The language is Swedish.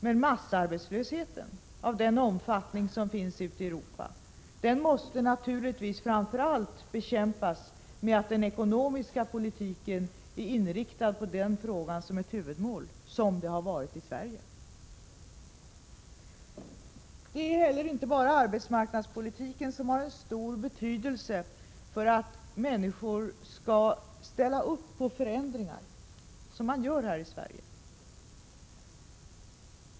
Men massarbetslösheten, av den omfattningen som finns ute i Europa, måste naturligtvis framför allt bekämpas med att den ekonomiska politiken inriktas på den frågan som ett huvudmål — precis som har skett i Sverige. Det är inte heller bara arbetsmarknadspolitiken som har en stor betydelse för att människor skall ställa upp på förändringar, som de gör här i Sverige.